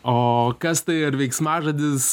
o kas tai ar veiksmažodis